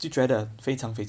mm